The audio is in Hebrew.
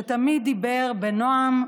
שתמיד דיבר בנועם ובשלווה,